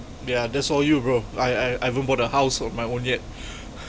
yeah that's all you bro I I haven't bought a house on my own yet